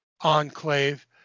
enclave